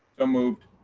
ah moved.